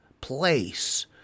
place